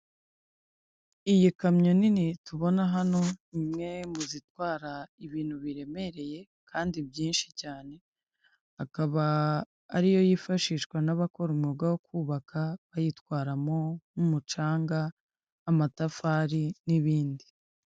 Iyi kamyo nini tubona hano, ni imwe mu zitwara ibintu biremereye kandi byinshi cyane, akaba ariyo yifashishwa n'abakora umwuga wo kubaka, bayitwaramo nk'umucanga, amatafari n'ibindi.